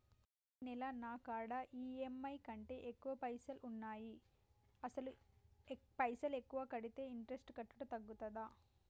ఈ నెల నా కాడా ఈ.ఎమ్.ఐ కంటే ఎక్కువ పైసల్ ఉన్నాయి అసలు పైసల్ ఎక్కువ కడితే ఇంట్రెస్ట్ కట్టుడు తగ్గుతదా?